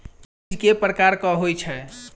बीज केँ प्रकार कऽ होइ छै?